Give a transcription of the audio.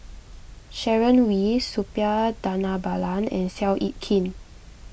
Sharon Wee Suppiah Dhanabalan and Seow Yit Kin